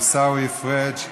עיסאווי פריג',